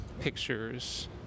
pictures